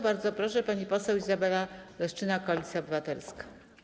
Bardzo proszę, pani poseł Izabela Leszczyna, Koalicja Obywatelska.